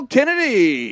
Kennedy